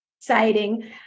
exciting